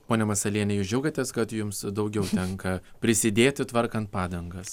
pone masalienė jūs džiaugiatės kad jums daugiau tenka prisidėti tvarkant padangas